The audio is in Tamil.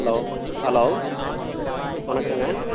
hello hello வணக்கம்க